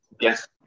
yes